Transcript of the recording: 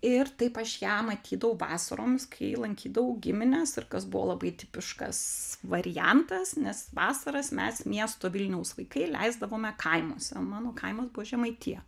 ir taip aš ją matydavau vasaroms kai lankydavau gimines ir kas buvo labai tipiškas variantas nes vasaras mes miesto vilniaus vaikai leisdavome kaimuose mano kaimas buvo žemaitija